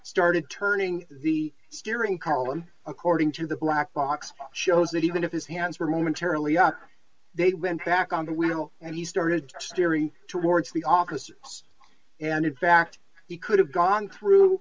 started turning the steering column according to the black box shows that even if his hands were momentarily up they went back on the wheel and he started steering towards the officer and in fact he could have gone through